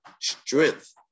strength